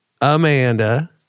Amanda